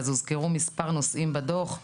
הוזכרו מספר נושאים בדוח,